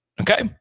Okay